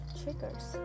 triggers